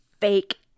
fake